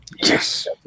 Yes